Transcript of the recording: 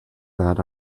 that